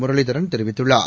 முரளிதரன் தெரிவித்துள்ளார்